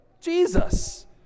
Jesus